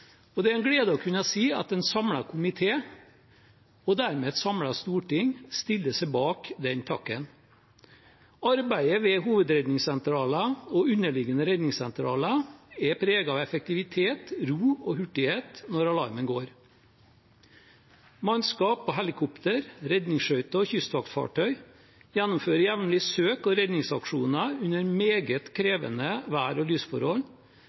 Det er en glede å kunne si at en samlet komité – og dermed et samlet storting – stiller seg bak den takken. Arbeidet ved hovedredningssentralene og underliggende redningssentraler er preget av effektivitet, ro og hurtighet når alarmen går. Mannskap og helikopter, redningsskøyter og kystvaktfartøy gjennomfører jevnlig søk og redningsaksjoner under meget krevende vær- og lysforhold,